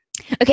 okay